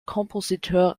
compositeur